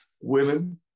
women